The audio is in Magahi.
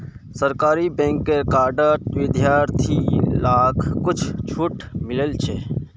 सरकारी बैंकेर कार्डत विद्यार्थि लाक कुछु छूट मिलील छ